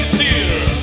Theater